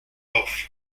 off